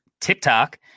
TikTok